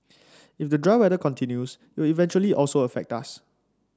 if the dry weather continues it will eventually also affect us